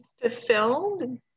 fulfilled